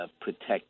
protect